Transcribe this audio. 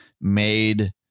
made